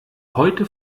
heute